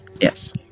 Yes